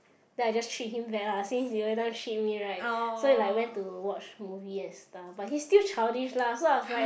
then I just treat him back lah since he everytime treat me right so we're like went to watch movie and stuff but he still childish lah so I was like